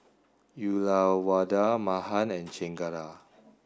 Uyyalawada Mahan and Chengara